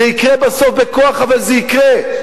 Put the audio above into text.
זה יקרה בסוף בכוח, אבל זה יקרה.